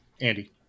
Andy